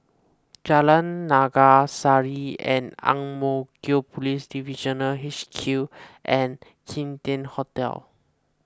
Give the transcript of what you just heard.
Jalan Naga Sari Ang Mo Kio Police Divisional H Q and Kim Tian Hotel